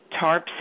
Tarps